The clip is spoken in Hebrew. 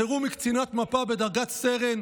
בחירום היא קצינת מפ"ה בדרגת סרן,